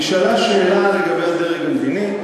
נשאלה שאלה לגבי הדרג המדיני.